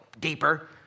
Deeper